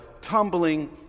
tumbling